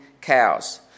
cows